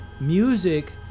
music